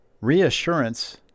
Reassurance